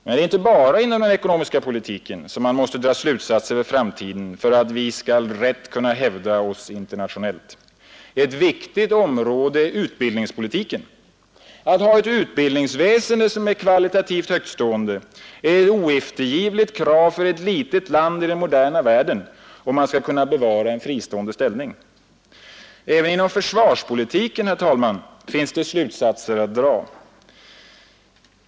Men det är inte bara inom den ekonomiska politiken man måste dra slutsatser för framtiden för att vi skall rätt kunna hävda oss internationellt. Ett viktigt område är utbildningspolitiken. Att ha ett utbildningsväsende som är kvalitativt högtstående är ett oeftergivligt krav för ett litet land i den moderna världen, om man skall kunna bevara en fristående ställning. Även inom försvarspolitiken finns det slutsatser att dra.